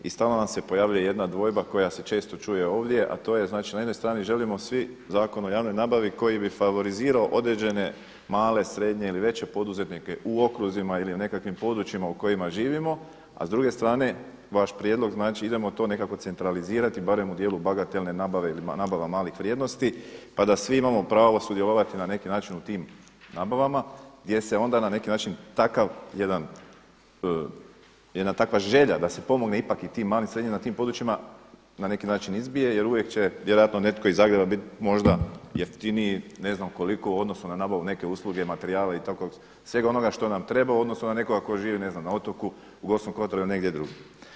I stalno nam se pojavljuje jedna dvojba koja se često čuje ovdje, a to je znači da na jednoj strani želimo svi Zakon o javnoj nabavi koji bi favorizirao određene male, srednje ili veće poduzetnike u okruzima ili nekakvim područjima u kojima živimo, a s druge strane vaš prijedlog idemo to nekako centralizirati barem u dijelu bagatelne nabave ili nabava malih vrijednosti pa da svi imamo pravo sudjelovati na neki način u tim nabavama gdje se onda na neki način takav jedan jedna takva želja da se pomogne ipak i tim malim, srednjim na tim područjima na neki način izbije jer u vije će vjerojatno netko iz Zagreba biti možda jeftiniji ne znam koliko u odnosu na nabavu neke usluge, materijala i svega onoga što nam treba u odnosu na nekoga tko živi ne znam na otoku u Gorskom kotaru ili negdje drugdje.